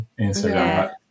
instagram